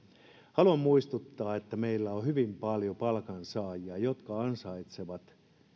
haluan muistuttaa että meillä on hyvin paljon palkansaajia jotka ansaitsevat